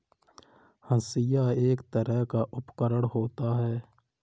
हंसिआ एक तरह का उपकरण होता है